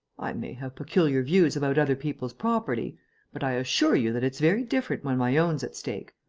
i may have peculiar views about other people's property but i assure you that it's very different when my own's at stake.